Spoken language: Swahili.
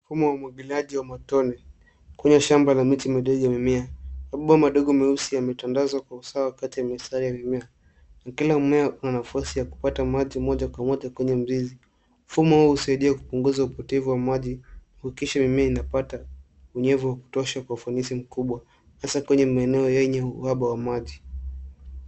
Mfumo wa umwagiliaji wa matone kuna shamba la miti midogo za mimea. Mabomba madogo meusi yametandazwa kwa usawa kati ya masafu ya mimea. Mfumo huu unasaidia kupunguza upotevu wa maji, kuhakikisha mimea imepata unyevu wa kutosha kwa ufanisi mkubwa hasa kwa eneo ya uhaba wa maji.